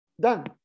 done